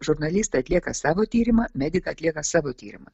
žurnalistai atlieka savo tyrimą medikai atlieka savo tyrimą